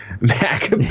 Mac